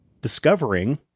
discovering